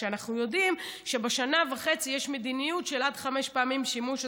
שאנחנו יודעים שבשנה וחצי יש מדיניות של עד חמש פעמים שימוש עצמי,